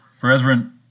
Brethren